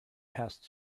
passed